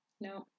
No